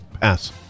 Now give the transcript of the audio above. Pass